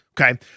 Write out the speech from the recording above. Okay